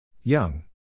Young